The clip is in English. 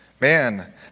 Man